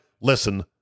listen